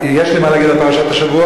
יש לי מה להגיד על פרשת השבוע,